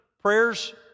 prayers